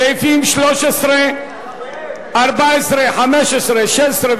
סעיפים 13, 14, 15, 16,